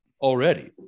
already